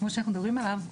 כמו שאנחנו מדברים עליו,